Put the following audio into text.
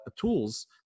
tools